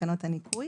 תקנות הניכוי,